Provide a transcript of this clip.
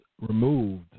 removed